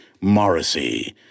Morrissey